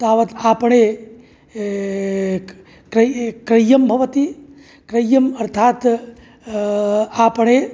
तावत् आपणे क्र् क्रय्यं भवति क्रय्यम् अर्थात् आपणे